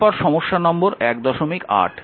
এরপর সমস্যা নম্বর 18